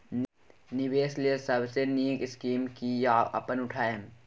निवेश लेल सबसे नींक स्कीम की या अपन उठैम?